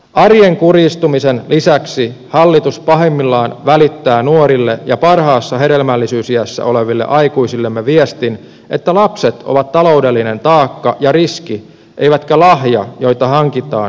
arjen kurjistumisen lisäksi hallitus pahimmillaan välittää nuorille ja parhaassa hedelmällisyysiässä oleville aikuisillemme viestin että lapset ovat taloudellinen taakka ja riski eivätkä lahja joita hankitaan ja saadaan